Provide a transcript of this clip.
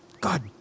God